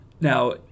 Now